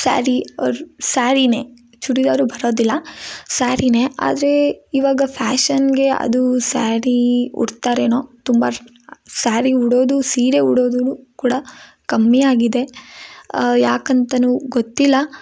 sari or ಸ್ಯಾರಿಯೇ ಚೂಡಿದಾರು ಬರೋದಿಲ್ಲ ಸ್ಯಾರಿಯೇ ಆದರೆ ಇವಾಗ ಫ್ಯಾಷನ್ಗೆ ಅದು ಸ್ಯಾಡೀ ಉಡ್ತಾರೇನೊ ತುಂಬ ಸ್ಯಾರಿ ಉಡೋದು ಸೀರೆ ಉಡೋದೂ ಕೂಡ ಕಮ್ಮಿಆಗಿದೆ ಯಾಕೆಂತಲೂ ಗೊತ್ತಿಲ್ಲ